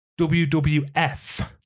WWF